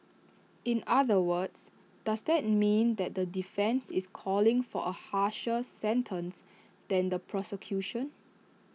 in other words does that mean that the defence is calling for A harsher sentence than the prosecution